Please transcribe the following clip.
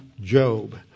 Job